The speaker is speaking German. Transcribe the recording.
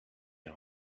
der